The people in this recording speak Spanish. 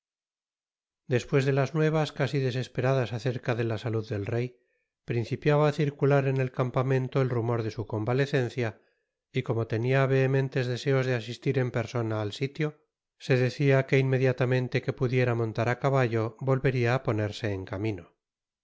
despues de las nuevas casi desesperadas acerca la salud del rey principiaba á circular en el campamento el rumor de su convalecencia y como tenia vehementes deseos de asistir en persona al sitio se decia que inmediatamente que pudiera montar á caballo volveria á ponerse en camino